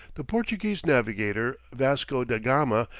the portuguese navigator, vasco da gama,